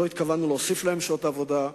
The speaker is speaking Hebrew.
לא התכוונו להוסיף לנהגים שעות עבודה,